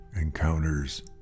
encounters